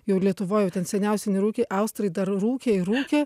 jau lietuvoj ten seniausiai nerūkė austrai dar rūkė ir rūkė